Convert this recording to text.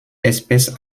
espèce